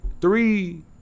Three